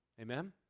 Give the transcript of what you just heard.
Amen